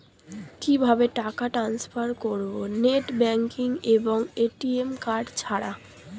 কিভাবে টাকা টান্সফার করব নেট ব্যাংকিং এবং এ.টি.এম কার্ড ছাড়া?